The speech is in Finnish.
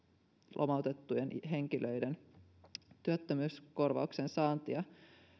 lomautettujen henkilöiden työttömyyskorvauksen saantia